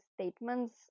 statements